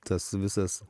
tas visas